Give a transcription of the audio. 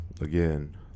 again